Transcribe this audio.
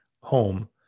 home